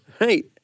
Right